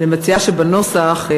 אני מציעה שבנוסח,